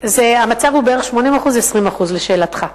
המצב הוא בערך 80% 20%, לשאלתך.